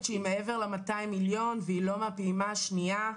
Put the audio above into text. שהיא מעבר ל-200 מיליון והיא לא מהפעימה השנייה,